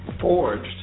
forged